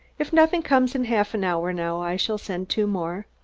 if nothing comes in half an hour now i shall send two more.